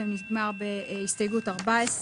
המקבץ הזה מסתיים בהסתייגות 5,